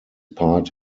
part